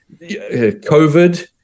COVID